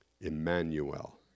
Emmanuel